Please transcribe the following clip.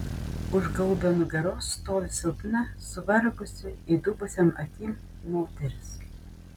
už gaubio nugaros stovi silpna suvargusi įdubusiom akim moteris